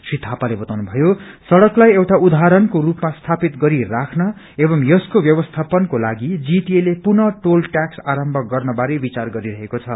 श्री थापाले बताउनु भयो सड़कलाई एउटा उदाहरणको स्रपमा स्यापित गरी राख्नु एंव यसको ब्यवस्थापनको लागि जीटीए ले पुनः टोल टैक्स आरम्म गर्न बारे विचार गरिरहेको छ